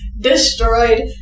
destroyed